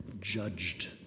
judged